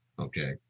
okay